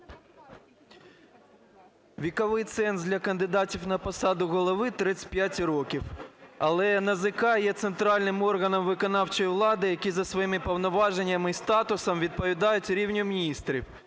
Віковий ценз для кандидатів на посаду голови – 35 років. Але НАЗК є центральним органом виконавчої влади, який за своїми повноваженнями і статусом… відповідають рівню міністрів.